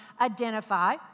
identify